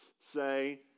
say